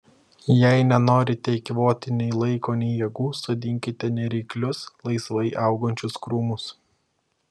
jei nenorite eikvoti nei laiko nei jėgų sodinkite nereiklius laisvai augančius krūmus